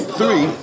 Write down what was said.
three